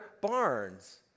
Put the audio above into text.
barns